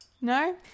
No